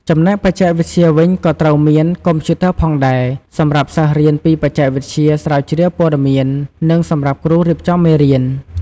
ចំណែកបច្ចេកវិទ្យាវិញក៏ត្រូវមាន កុំព្យូទ័រផងដែរ សម្រាប់សិស្សរៀនពីបច្ចេកវិទ្យា ស្រាវជ្រាវព័ត៌មាន និងសម្រាប់គ្រូរៀបចំមេរៀន។